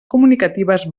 comunicatives